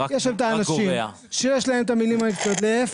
יש שם את אנשים שיש להם את המילים ה להיפך,